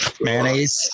mayonnaise